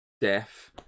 death